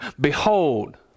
Behold